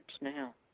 now